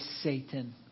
Satan